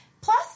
Plus